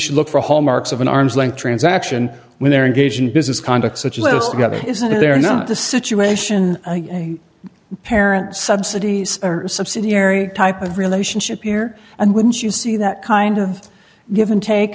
should look for hallmarks of an arm's length transaction when they're engaged in business conduct such as together isn't there not the situation a parent subsidies or subsidiary type of relationship here and wouldn't you see that kind of give and take